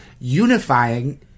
unifying